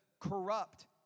corrupt